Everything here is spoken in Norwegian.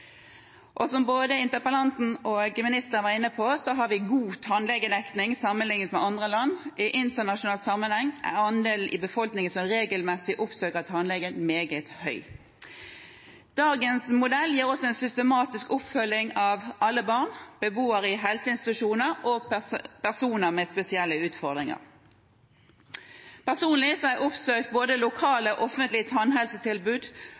Som både interpellanten og ministeren var inne på, har vi god tannlegedekning sammenlignet med andre land. I internasjonal sammenheng er andelen i befolkningen som regelmessig oppsøker tannlegen, meget høy. Dagens modell gir oss en systematisk oppfølging av alle barn, beboere i helseinstitusjoner og personer med spesielle utfordringer. Personlig har jeg oppsøkt både lokale offentlige tannhelsetilbud,